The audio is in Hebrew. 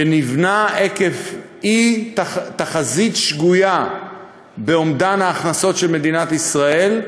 שנבנה עקב תחזית שגויה באומדן ההכנסות של מדינת ישראל,